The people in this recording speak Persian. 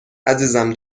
عزیزم